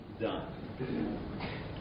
done